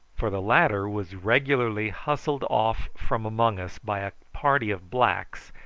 for the latter was regularly hustled off from among us by a party of blacks,